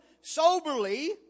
soberly